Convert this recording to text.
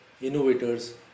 innovators